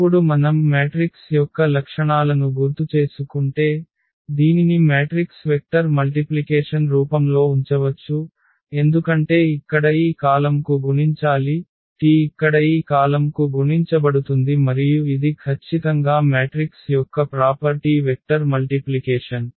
ఇప్పుడు మనం మ్యాట్రిక్స్ యొక్క లక్షణాలను గుర్తుచేసుకుంటే దీనిని మ్యాట్రిక్స్ వెక్టర్ మల్టిప్లికేషన్ రూపంలో ఉంచవచ్చు ఎందుకంటే ఇక్కడ ఈ కాలమ్కు గుణించాలి t ఇక్కడ ఈ కాలమ్కు గుణించబడుతుంది మరియు ఇది ఖచ్చితంగా మ్యాట్రిక్స్ యొక్క ప్రాపర్టీ వెక్టర్ మల్టిప్లికేషన్